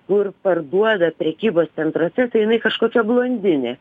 kur parduoda prekybos centruose tai jinai kažkokia blondinė